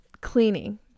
cleaning